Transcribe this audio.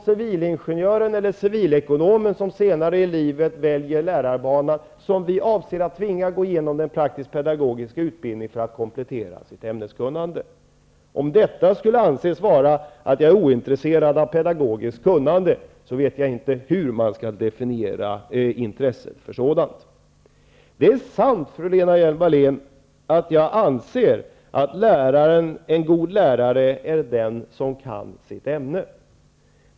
Civilingenjörer och civilekonomer som senare i livet väljer lärarbanan avser vi att tvinga gå igenom den praktisk-pedagogiska utbildningen för att komplettera sitt ämneskunnande. Om detta skulle anses vara att jag är ointressernad av pedagogiskt kunnande vet jag inte hur man skall definiera intresset för sådant. De är sant, fru Hjelm-Wallén, att jag anser att en god lärare är den som kan sitt ämne.